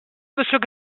monsieur